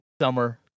summer